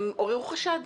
הם עוררו חשד,